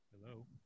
Hello